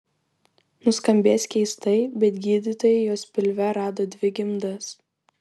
nuskambės keistai bet gydytojai jos pilve rado dvi gimdas